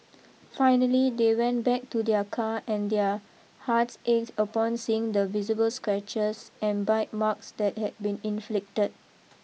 finally they went back to their car and their hearts ached upon seeing the visible scratches and bite marks that had been inflicted